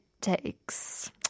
takes